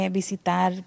visitar